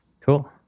Cool